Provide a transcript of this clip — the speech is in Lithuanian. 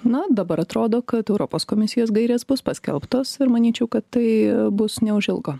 na dabar atrodo kad europos komisijos gairės bus paskelbtos ir manyčiau kad tai bus neužilgo